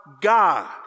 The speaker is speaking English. God